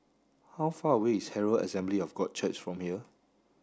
how far away is Herald Assembly of God Church from here